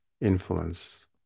influence